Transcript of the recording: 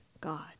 God